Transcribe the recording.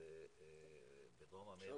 בדרום אמריקה.